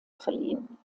verliehen